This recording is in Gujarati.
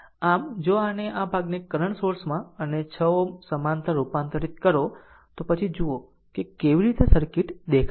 આમ જો આને આ ભાગને કરંટ સોર્સમાં અને 6 Ω સમાંતર રૂપાંતરિત કરો તો પછી જુઓ કે કેવી રીતે સર્કિટ દેખાશે